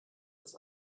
das